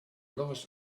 lovers